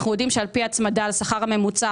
אנחנו יודעים שעל פי הצמדה לשכר הממוצע,